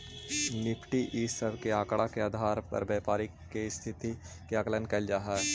Nifty इ सब के आकड़ा के आधार पर व्यापारी के स्थिति के आकलन कैइल जा हई